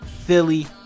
Philly